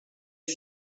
est